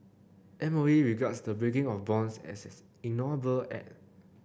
M O E regards the breaking of bonds as an ignoble act